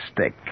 stick